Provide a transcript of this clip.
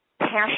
passion